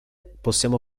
possiamo